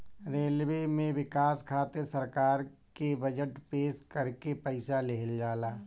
railway में बिकास खातिर सरकार के बजट पेश करके पईसा लेहल जाला